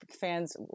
fans